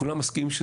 כולם מסכימים.